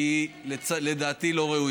כי לדעתי היא לא ראויה.